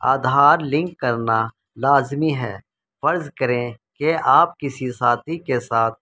Aadhaar link کرنا لازمی ہے فرض کریں کہ آپ کسی ساتھی کے ساتھ